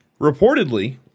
Reportedly